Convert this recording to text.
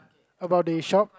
about the shop